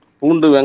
pundu